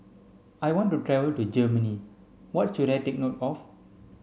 I want to travel to Germany What should I take note of